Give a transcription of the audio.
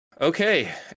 Okay